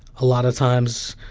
a lot of times,